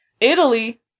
Italy